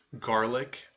garlic